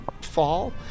fall